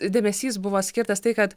dėmesys buvo skirtas tai kad